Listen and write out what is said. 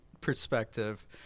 perspective